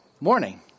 morning